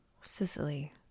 sicily